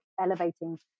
elevating